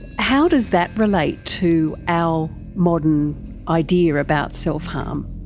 how does that relate to our modern idea about self-harm?